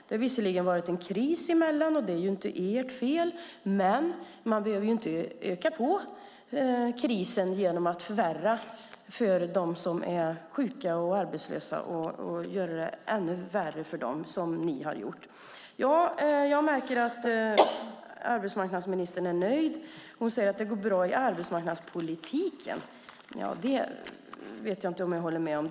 Det har varit en kris, och det är inte ert fel, men man behöver ju inte öka på krisen genom att göra det ännu värre för dem som är sjuka och arbetslösa, som ni har gjort. Jag märker att arbetsmarknadsministern är nöjd. Hon säger att det går bra i arbetsmarknadspolitiken. Det vet jag inte om jag håller med om.